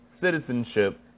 citizenship